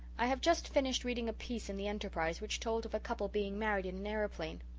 i have just finished reading a piece in the enterprise which told of a couple being married in an aeroplane.